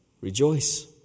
Rejoice